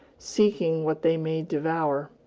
seeking what they may devour.